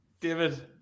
David